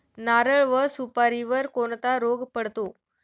नारळ व सुपारीवर कोणता रोग पडतो?